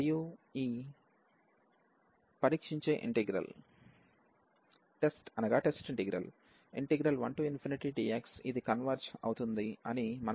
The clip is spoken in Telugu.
మరియు ఈ పరీక్షించే ఇంటిగ్రల్ 1 dx ఇది కన్వెర్జ్ అవుతుంది అని మనకు తెలుసు